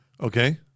Okay